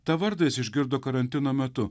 tą vardą jis išgirdo karantino metu